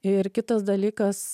ir kitas dalykas